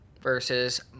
versus